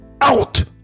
out